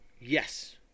Yes